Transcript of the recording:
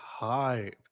hyped